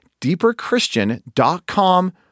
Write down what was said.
deeperchristian.com